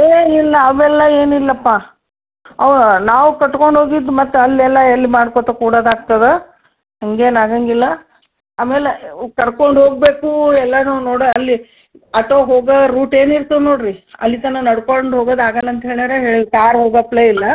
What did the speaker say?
ಏ ಇಲ್ಲ ಅವೆಲ್ಲ ಏನಿಲ್ಲಪ್ಪ ಅವು ನಾವು ಕಟ್ಕೊಂಡು ಹೋಗಿದ್ ಮತ್ತೆ ಅಲ್ಲೆಲ್ಲ ಎಲ್ಲಿ ಮಾಡ್ಕೊತ ಕೂಡೋದು ಆಗ್ತದೆ ಹಂಗೇನೂ ಆಗೋಂಗಿಲ್ಲ ಆಮೇಲೆ ಉ ಕರ್ಕೊಂಡು ಹೋಗಬೇಕು ಎಲ್ಲಾ ನೋಡಿ ಅಲ್ಲಿ ಅಟೋ ಹೋಗೋ ರೂಟ್ ಏನಿರ್ತದೆ ನೋಡಿ ರೀ ಅಲ್ಲಿ ತನಕ ನಡ್ಕೊಂಡು ಹೋಗೋದು ಆಗಲ್ಲಂತ ಹೇಳರೆ ಹೇಳಿ ಕಾರ್ ಹೋಗತ್ಲೇ ಇಲ್ಲ